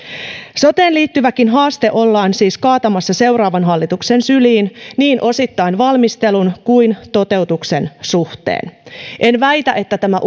soteenkin liittyvä haaste ollaan siis kaatamassa seuraavan hallituksen syliin niin osittain valmistelun kuin toteutuksen suhteen en väitä että tämä